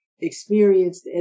experienced